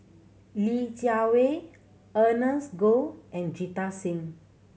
Li Jiawei Ernest Goh and Jita Singh